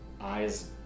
eyes